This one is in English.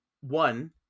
one